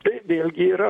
tai vėlgi yra